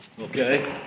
Okay